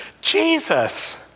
Jesus